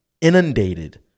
inundated